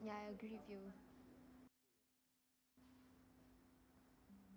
yeah I agree with you